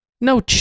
No